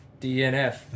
DNF